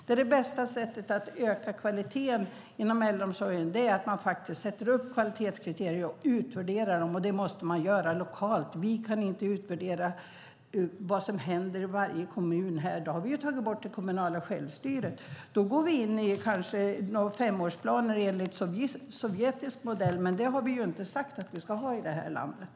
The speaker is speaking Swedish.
Det bästa sättet att öka kvaliteten inom äldreomsorgen är att man sätter upp kvalitetskriterier och utvärderar dem, och det måste man göra lokalt. Vi kan inte här utvärdera vad som händer i varje kommun - då har vi ju tagit bort det kommunala självstyret. Då kanske vi går in i några femårsplaner enligt sovjetisk modell, men det har vi inte sagt att vi ska ha i det här landet.